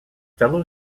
fellow